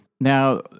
Now